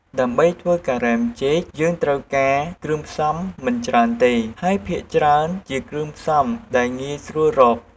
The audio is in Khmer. ដើម្បីធ្វើការ៉េមចេក យើងត្រូវការគ្រឿងផ្សំមិនច្រើនទេ ហើយភាគច្រើនជាគ្រឿងផ្សំដែលងាយស្រួលរក។